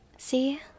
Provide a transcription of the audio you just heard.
See